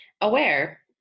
aware